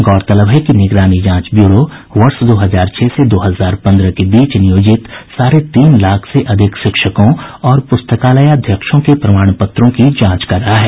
गौरतलब है कि निगरानी जांच ब्यूरो वर्ष दो हजार छह से दो हजार पन्द्रह के बीच नियोजित साढ़े तीन लाख से अधिक शिक्षकों और पुस्तकालयाध्यक्षों के प्रमाण पत्रों की जांच कर रहा है